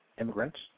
immigrants